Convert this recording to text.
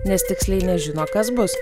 nes tiksliai nežino kas bus